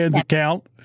account